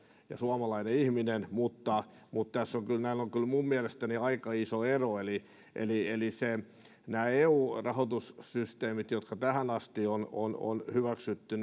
ja suomalainen ihminen mutta mutta näillä on kyllä minun mielestäni aika iso ero eli eli nämä eu rahoitussysteemit jotka tähän asti on on hyväksytty